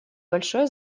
большое